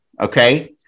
Okay